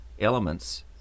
elements